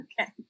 okay